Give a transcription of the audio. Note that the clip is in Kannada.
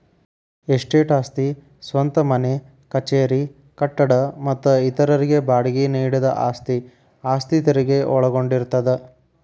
ಎಸ್ಟೇಟ್ ಆಸ್ತಿ ಸ್ವಂತ ಮನೆ ಕಚೇರಿ ಕಟ್ಟಡ ಮತ್ತ ಇತರರಿಗೆ ಬಾಡ್ಗಿ ನೇಡಿದ ಆಸ್ತಿ ಆಸ್ತಿ ತೆರಗಿ ಒಳಗೊಂಡಿರ್ತದ